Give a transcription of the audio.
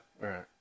right